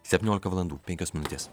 septyniolika valandų penkios minutės